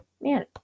man